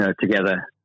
Together